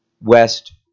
West